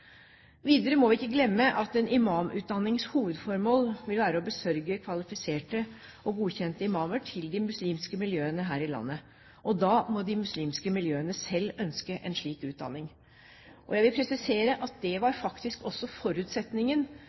Videre må vi ikke glemme at en imamutdannings hovedformål vil være å besørge kvalifiserte og godkjente imamer til de muslimske miljøene her i landet, og da må de muslimske miljøene selv ønske en slik utdanning. Jeg vil presisere at det faktisk også var forutsetningen